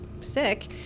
sick